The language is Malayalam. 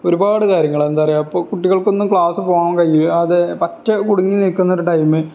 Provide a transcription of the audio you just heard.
ഒരുപാട് കാര്യങ്ങളെന്താണു പറയുക കുട്ടികൾക്ക് ക്ലാസില് പോകാൻ കഴിയാതെ പറ്റെ കുടുങ്ങി നില്ക്കുന്നൊരു ടൈമിൽ